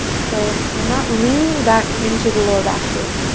so i'm not leaning back into the lower back here.